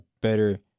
better